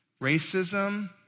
racism